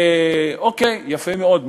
יפה מאוד.